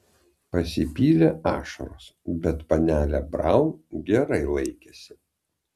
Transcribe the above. pasipylė ašaros bet panelė braun gerai laikėsi